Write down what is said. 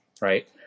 right